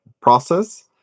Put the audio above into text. process